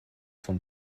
von